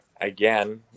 Again